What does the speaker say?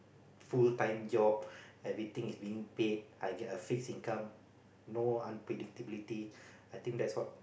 full time job everything is being paid I get a fixed income no unpredictability I think that's what